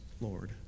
Lord